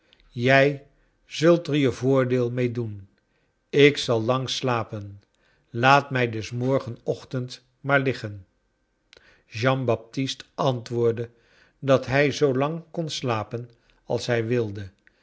jij zult er je voordeel mee doen ik zal lang slapen laat mij dus morgen ochtend maar liggen jean baptist antwoordde dat hij zoo lang kon slapen als hij wilde